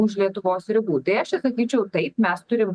už lietuvos ribų tai aš čia sakyčiau taip mes turim